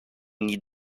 need